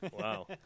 Wow